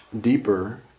deeper